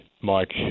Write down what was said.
Mike